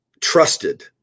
trusted